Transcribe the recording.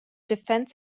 defence